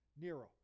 Nero